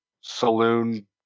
saloon